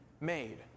made